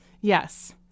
Yes